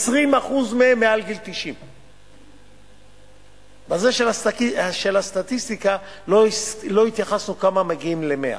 20% מהם מעל גיל 90. בסטטיסטיקה לא התייחסנו כמה מהם מגיעים ל-100.